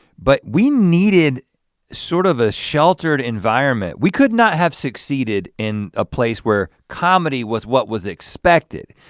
but we needed sort of a sheltered environment we could not have succeeded in a place where comedy was what was expected.